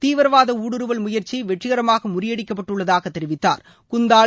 தீவிரவாத ஊடுருவல் முயற்சி வெற்றிகரமாக முறியடிக்கப்பட்டதாக தெரிவித்தாா்